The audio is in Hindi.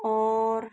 और